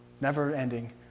never-ending